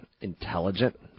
intelligent